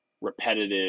repetitive